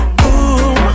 boom